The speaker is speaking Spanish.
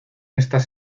estas